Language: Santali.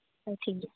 ᱦᱚᱸ ᱴᱷᱤᱠ ᱜᱮᱭᱟ